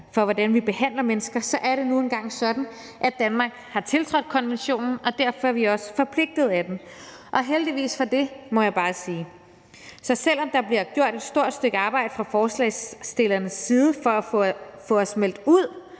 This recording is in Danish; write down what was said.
for, hvordan vi behandler mennesker, så er det nu engang sådan, at Danmark har tiltrådt konventionen, og derfor er vi også forpligtet af den – heldigvis for det, må jeg bare sige. Så selv om der bliver gjort et stort stykke arbejde fra forslagsstillernes side for at få os til at